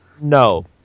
No